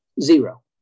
zero